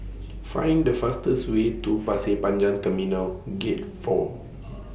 Find The fastest Way to Pasir Panjang Terminal Gate four